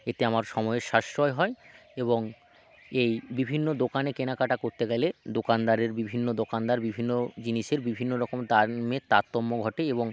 এতে আমার সময়ের সাশ্রয় হয় এবং এই বিভিন্ন দোকানে কেনাকাটা কোত্তে গেলে দোকানদারের বিভিন্ন দোকানদার বিভিন্ন জিনিসের বিভিন্ন রকম দামের তারতম্য ঘটে এবং